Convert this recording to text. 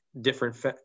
different